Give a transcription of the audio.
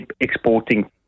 exporting